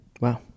Wow